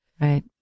Right